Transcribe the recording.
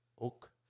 oak